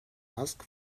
asked